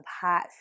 hot